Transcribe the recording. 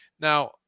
Now